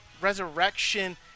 Resurrection